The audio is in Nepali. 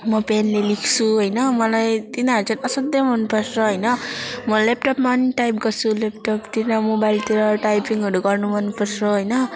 म पेनले लेख्छु होइन मलाई तिनीहरू चाहिँ असाध्यै मनपर्छ होइन म ल्यापटपमा पनि टाइप गर्छु ल्यापटपतिर मोबाइलतिर टाइपिङहरू गर्नु मनपर्छ होइन